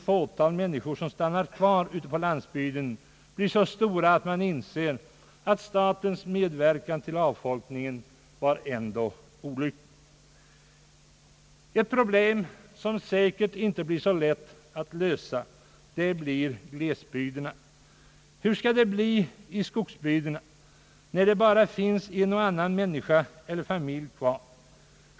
få tal människor, som stannar kvar på landsbygden, blir så stora, att man inser, att statens medverkan till avfolkningen ändå var olycklig. Glesbygdernas problem blir säkert inte så lätt att lösa. Hur skall det bli i skogsbygderna, när det bara finns en och annan människa eller familj kvar?